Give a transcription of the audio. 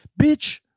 bitch